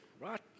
Right